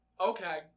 okay